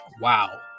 Wow